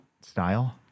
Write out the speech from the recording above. style